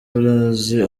urazi